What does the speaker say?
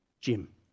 Jim